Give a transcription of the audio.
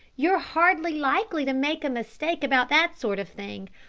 you're hardly likely to make a mistake about that sort of thing.